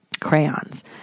Crayons